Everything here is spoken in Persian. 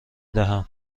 دهم